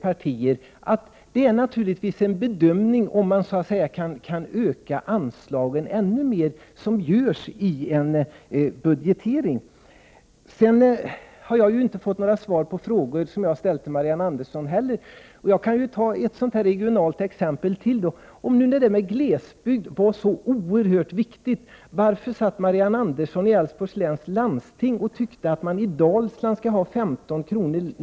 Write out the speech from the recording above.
Det är naturligtvis en bedömningsfråga om man kan öka anslagen ännu mer än vad som har gjorts i ett budgetförslag. Jag har för min del inte fått några svar på de frågor som jag har ställt till Marianne Andersson. Låt mig ge ytterligare ett regionalt exempel. Om nu glesbygdsfrågorna är så oerhört viktiga, varför tyckte då Marianne Andersson i Älvsborgs läns landsting att man i Dalsland skall ha 15 kr.